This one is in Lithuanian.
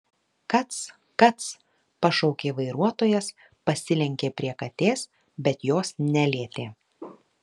kac kac pašaukė vairuotojas pasilenkė prie katės bet jos nelietė